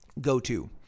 go-to